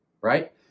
right